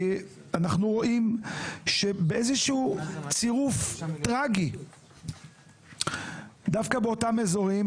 ואנחנו רואים שבאיזשהו צריף טראגי דווקא באותם אזורים